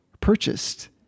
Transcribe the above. purchased